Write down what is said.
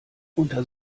unter